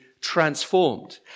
transformed